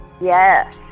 Yes